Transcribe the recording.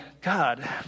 God